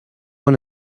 one